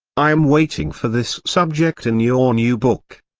i am waiting for this subject in your new book.